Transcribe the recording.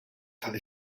tal